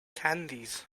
candies